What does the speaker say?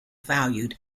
valued